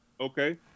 Okay